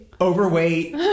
overweight